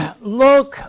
look